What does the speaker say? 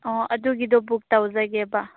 ꯑꯣ ꯑꯗꯨꯒꯤꯗꯣ ꯕꯨꯛ ꯇꯧꯖꯒꯦꯕ